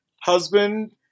husband